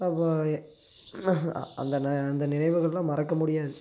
அப்போது அந்த ந அந்த நினைவுகளெலாம் மறக்க முடியாது